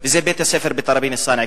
וזה בית-הספר בתראבין-אלסאנע,